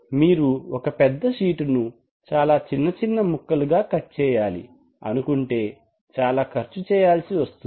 మీరు ఒక పెద్ద షీటు ను చాలా చిన్న చిన్న ముక్కలుగా కట్ చేయాలి అనుకుంటే చాలా ఖర్చు చేయాల్సి వస్తుంది